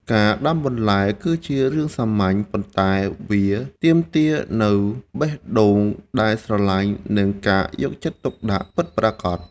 ការដាំបន្លែគឺជារឿងសាមញ្ញ ប៉ុន្តែវាទាមទារនូវបេះដូងដែលស្រឡាញ់ និងការយកចិត្តទុកដាក់ពិតប្រាកដ។